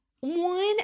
one